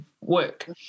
work